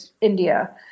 India